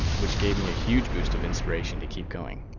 which gave me a huge boost of inspiration to keep going!